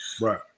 Right